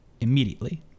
immediately